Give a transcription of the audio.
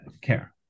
care